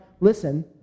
listen